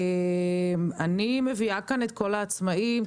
אני מביאה כאן את כל העצמאים.